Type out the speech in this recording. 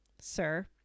sir